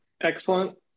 Excellent